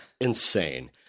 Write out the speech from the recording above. insane